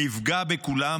נפגע בכולם,